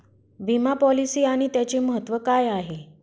विमा पॉलिसी आणि त्याचे महत्व काय आहे?